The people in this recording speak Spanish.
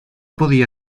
podía